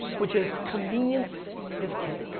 which is convenience is king.